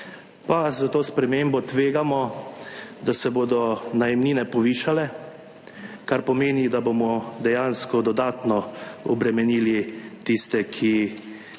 pa s to spremembo tvegamo, da se bodo najemnine povišale, kar pomeni, da bomo dejansko dodatno obremenili tiste, ki